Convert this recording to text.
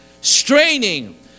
straining